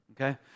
Okay